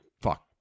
Fuck